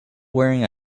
wearing